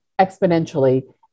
exponentially